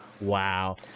Wow